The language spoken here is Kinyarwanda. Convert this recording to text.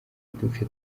uduce